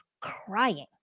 crying